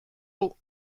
hau